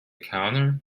counter